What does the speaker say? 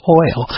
oil